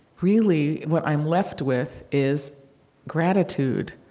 really what i'm left with is gratitude,